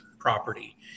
property